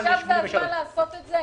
עכשיו זה הזמן לעשות את זה?